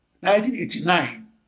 1989